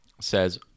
says